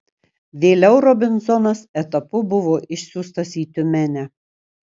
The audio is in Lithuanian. vėliau robinzonas etapu buvo išsiųstas į tiumenę